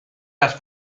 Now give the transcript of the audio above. las